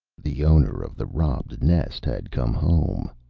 the owner of the robbed nest had come home.